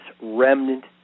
remnant